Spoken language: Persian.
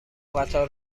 قطار